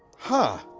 huh,